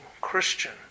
Christian